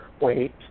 wait